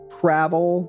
travel